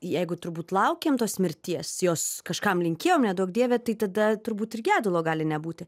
jeigu turbūt laukėm tos mirties jos kažkam linkėjom neduok dieve tai tada turbūt ir gedulo gali nebūti